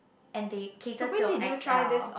and they cater to X_L